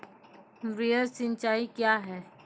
वृहद सिंचाई कया हैं?